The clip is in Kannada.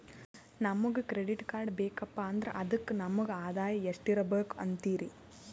ನಮಗ ಕ್ರೆಡಿಟ್ ಕಾರ್ಡ್ ಬೇಕಪ್ಪ ಅಂದ್ರ ಅದಕ್ಕ ನಮಗ ಆದಾಯ ಎಷ್ಟಿರಬಕು ಅಂತೀರಿ?